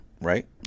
Right